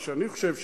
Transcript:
מה שאני חושב שיקרה,